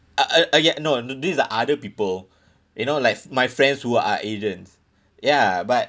o~ o~ okay no th~ this are other people you know like my friends who are agents ya but